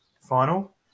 final